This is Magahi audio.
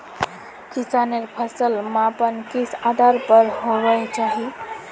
किसानेर फसल मापन किस आधार पर होबे चही?